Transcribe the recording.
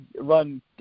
run